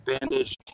bandage